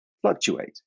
fluctuate